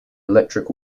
electric